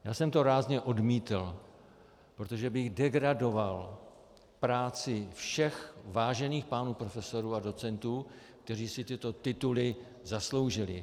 Já jsem to rázně odmítl, protože bych degradoval práci všech vážených pánů profesorů a docentů, kteří si tyto tituly zasloužili.